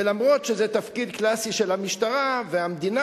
ולמרות שזה תפקיד קלאסי של המשטרה והמדינה